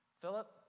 Philip